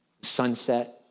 Sunset